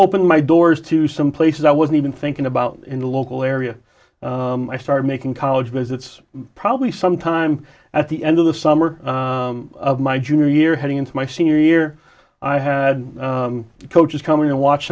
open my doors to some places i wasn't even thinking about in the local area i started making college was it's probably some time at the end of the summer of my junior year heading into my senior year i had coaches come in and watch